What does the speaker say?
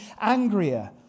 angrier